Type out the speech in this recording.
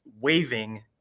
waving